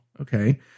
okay